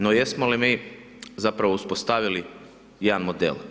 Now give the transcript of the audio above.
No jesmo li mi zapravo uspostavili jedan model?